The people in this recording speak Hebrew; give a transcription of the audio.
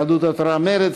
יהדות התורה ומרצ.